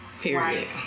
Period